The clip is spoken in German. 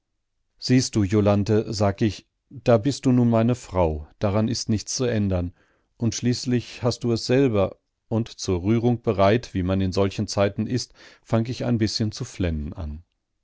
siehst du jolanthe sag ich du bist ja nun meine frau daran ist nichts zu ändern und schließlich hast du es selber und zur rührung bereit wie man in solchen zeiten ist fang ich ein bißchen zu flennen an